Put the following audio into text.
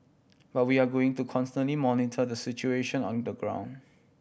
but we are going to constantly monitor the situation on the ground